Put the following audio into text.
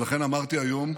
ולכן אמרתי היום: